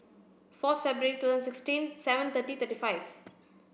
four February twenty sixteen seven thirty thirty five